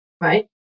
right